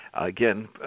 Again